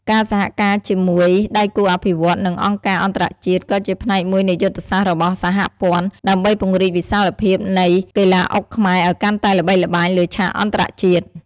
ការសហការជាមួយដៃគូអភិវឌ្ឍន៍ និងអង្គការអន្តរជាតិ ក៏ជាផ្នែកមួយនៃយុទ្ធសាស្ត្ររបស់សហព័ន្ធ ដើម្បីពង្រីកវិសាលភាពនៃកីឡាអុកខ្មែរឱ្យកាន់តែល្បីល្បាញលើឆាកអន្តរជាតិ។